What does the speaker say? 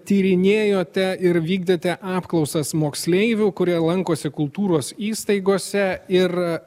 tyrinėjote ir vykdėte apklausas moksleivių kurie lankosi kultūros įstaigose ir